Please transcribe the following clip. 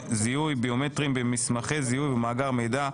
זיהוי ביומטריים במסמכי זיהוי במאגר מידע,